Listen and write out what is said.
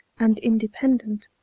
and independent,